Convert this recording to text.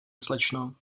slečno